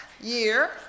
year